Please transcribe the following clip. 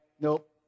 Nope